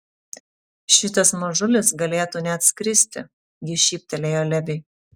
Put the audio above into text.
šitas mažulis galėtų net skristi ji šyptelėjo leviui